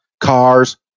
cars